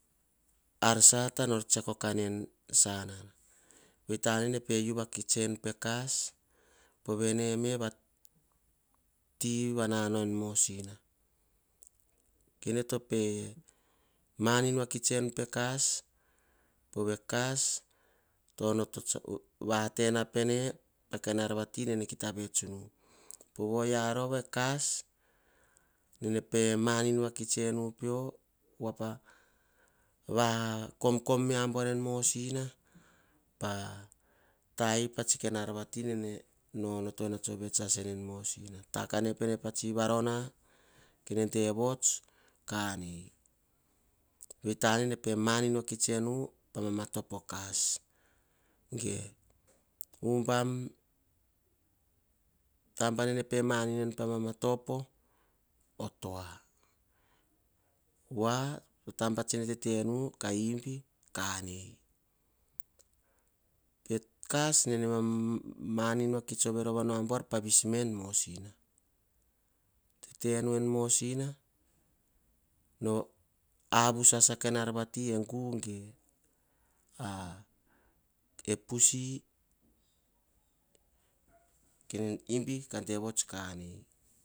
Ar sata nor tsiako kane en sasa. Vei tane nene pe u enu pe kas povene va nanao en mosina. Ene to pe manin kits enu pove kas tsa vatene pene pah ar nene kita op nu, povo oyia rova e kas nene pe manin vakits enu peo. Voapa va komkom mea buar en mosina, pa tahi pa tsi ar vati vo ovoto ena tso vets ka ene pene